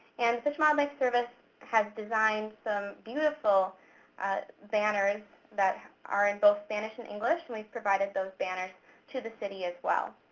and fish and wildlife service has designed some beautiful banners that are in both spanish and english. and we've provided those banners to the city, as well.